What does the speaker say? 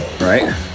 Right